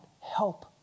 help